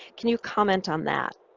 can you comment on that?